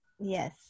Yes